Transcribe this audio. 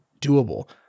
doable